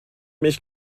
mich